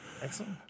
Excellent